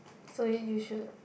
so you you should